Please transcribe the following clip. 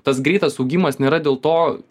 tas greitas augimas nėra dėl to